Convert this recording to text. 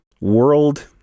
world